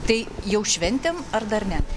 tai jau šventėm ar dar ne